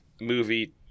movie